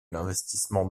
l’investissement